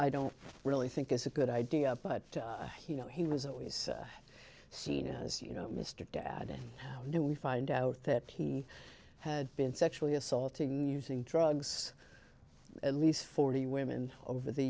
i don't really think is a good idea but you know he was always seen as you know mr dad and how do we find out that he had been sexually assaulting using drugs at least forty women over the